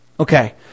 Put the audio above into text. Okay